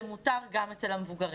זה מותר גם אצל המבוגרים.